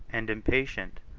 and impatient,